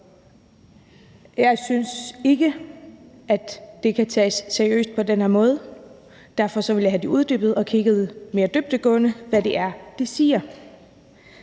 Jeg synes ikke, at det kan tages seriøst på den her måde. Derfor vil jeg have det uddybet og kigget mere dybdegående på, hvad det er, de siger.